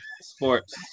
sports